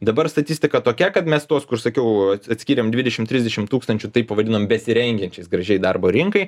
dabar statistika tokia kad mes tuos kur sakiau atskyrėme dvidešimt trisdešimt tūkstančių taip pavadinom besirengiančiais gražiai darbo rinkai